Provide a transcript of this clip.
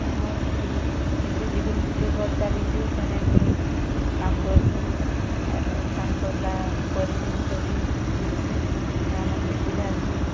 ଆମର୍ group S H G group ଗୁଟେ ଭଲ୍ ଚାଲିଛେ ସେନେ ମୁଇଁ କାମ୍ କର୍ସିଁ ଆରୁ କାମ୍ କର୍ଲା ପରିଶ୍ରମିକ ବି ମିଲ୍ସି ମା 'ମାନ୍କେ ବୁଝାସିଁ